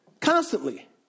constantly